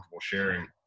sharing